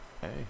hey